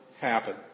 happen